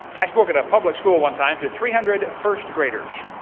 i spoke at a public school one time to three hundred first graders,